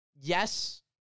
Yes